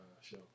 show